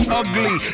ugly